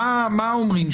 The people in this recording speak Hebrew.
מה אומרים?